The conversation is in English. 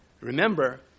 Remember